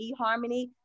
eHarmony